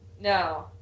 No